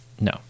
No